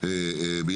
לבוא ולהבהיר,